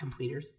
completers